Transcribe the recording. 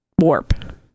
warp